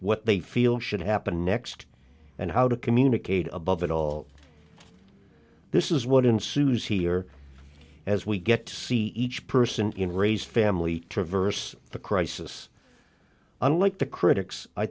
they feel should happen next and how to communicate above it all this is what ensues here as we get to see each person in ray's family traverse the crisis unlike the critics i